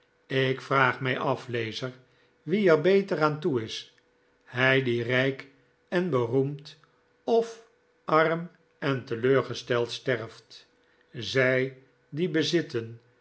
ik vraag mij af lezer wie er beter aan toe is hij die rijk en beroemd of arm en teleurgesteld sterft zij die bezitten